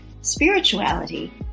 spirituality